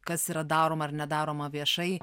kas yra daroma ar nedaroma viešai